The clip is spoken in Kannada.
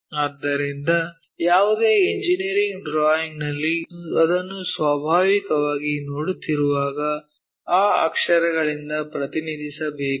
ಆದ್ದರಿಂದ ಯಾವುದೇ ಇಂಜಿನಿಯರಿಂಗ್ ಡ್ರಾಯಿಂಗ್ ನಲ್ಲಿ ಅದನ್ನು ಸ್ವಾಭಾವಿಕವಾಗಿ ನೋಡುತ್ತಿರುವಾಗ ಆ ಅಕ್ಷರಗಳಿಂದ ಪ್ರತಿನಿಧಿಸಬೇಕು